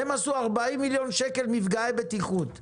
הם עשו 40 מיליון שקל מפגעי בטיחות ברשויות.